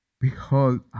Behold